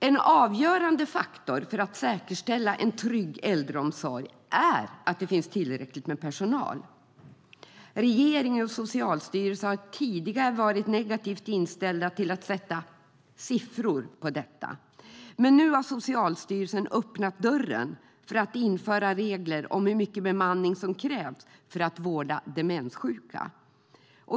En avgörande faktor för att säkerställa en trygg äldreomsorg är att det finns tillräckligt med personal. Regeringen och Socialstyrelsen har tidigare varit negativt inställda till att sätta "siffror" på detta. Men nu har Socialstyrelsen öppnat dörren för att införa regler om hur mycket bemanning som krävs för att vårda demenssjuka.